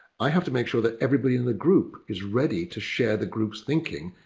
i have to make sure that everybody in the group is ready to share the group's thinking.